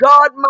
God